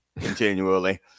continually